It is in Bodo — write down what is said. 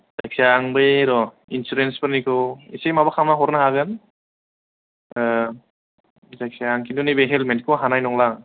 जायखिया आं बै र' इन्सुरेन्स फोरनिखौ एसे माबा खालामना हरनो हागोन जायखिया आं किन्तु नैबे हेल्मेट खौ हानाय नंला आं